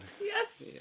Yes